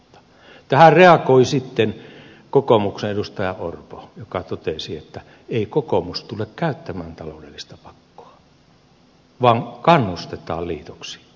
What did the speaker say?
tähän reagoi sitten kokoomuksen edustaja orpo joka totesi että ei kokoomus tule käyttämään taloudellista pakkoa vaan kannustetaan liitoksiin